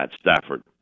Stafford